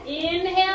inhale